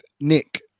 Nick